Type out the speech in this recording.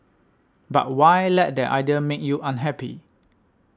but why let that idea make you unhappy